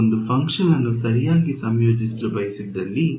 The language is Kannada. ನಾವು ಒಂದು ಫಂಕ್ಷನ್ ಅನ್ನು ಸರಿಯಾಗಿ ಸಂಯೋಜಿಸಲು ಬಯಸಿದ್ದಲ್ಲಿ